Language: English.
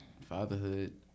Fatherhood